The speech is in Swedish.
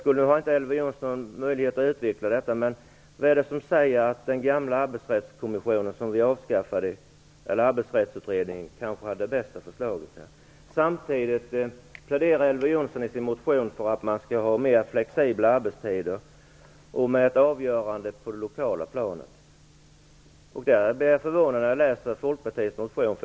Nu har inte Elver Jonssson möjlighet att utveckka detta, men vad är det som säger att den arbetsrättsutredningen, som vi avskaffade, hade det bästa förslaget? Samtidigt pläderar Elver Jonsson i sin motion för att man skall ha mer flexibla arbetstider och med avgörande på det lokala planet. Jag blir förvånad när jag läser Folkpartiets motion.